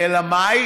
העסקים, אלא מאי?